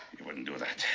you wouldn't do that.